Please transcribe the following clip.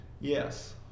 Yes